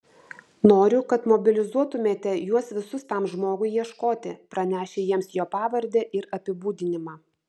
noriu kad mobilizuotumėte juos visus tam žmogui ieškoti pranešę jiems jo pavardę ir apibūdinimą